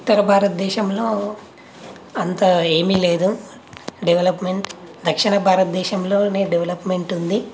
ఉత్తర భారతదేశంలో అంత ఏమి లేదు డెవలప్మెంట్ దక్షిణ భారతదేశంలో డెవలప్మెంట్ ఉంది